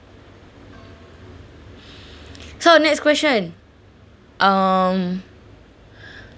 so next question um